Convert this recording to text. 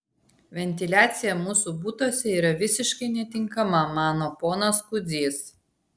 ventiliacija mūsų butuose yra visiškai netinkama mano ponas kudzys